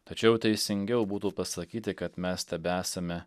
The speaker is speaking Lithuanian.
tačiau teisingiau būtų pasakyti kad mes tebesame